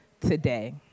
today